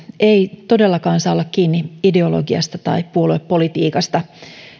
ei todellakaan saa olla kiinni ideologiasta tai puoluepolitiikasta